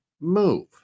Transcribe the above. Move